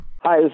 hi